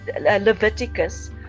Leviticus